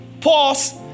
pause